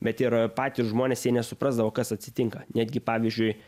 bet ir patys žmonės jie nesuprasdavo kas atsitinka netgi pavyzdžiui